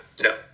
No